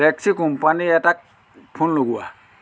taxi কোম্পানীৰ এটাক phone লগোৱা